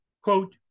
quote